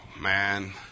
man